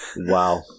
Wow